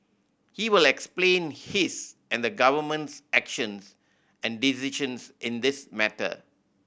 he will explain his and the Government's actions and decisions in this matter